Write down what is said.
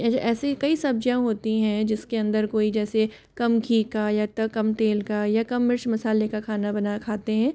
ऐसी कई सब्जियां होती हैं जिसके अंदर कोई जैसे कम घी का या कम तेल का या कम मिर्च मसाले का खाना खाते हैं